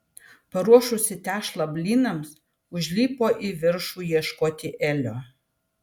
paruošusi tešlą blynams užlipo į viršų ieškoti elio